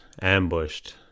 ambushed